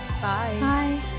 Bye